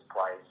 place